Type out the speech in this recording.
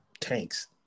tanks